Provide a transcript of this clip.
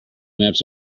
maps